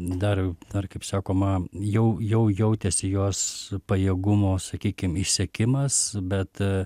dar ar kaip sakoma jau jau jautėsi jos pajėgumų sakykim išsekimas bet a